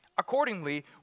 Accordingly